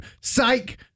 psych